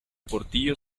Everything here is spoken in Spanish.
portillo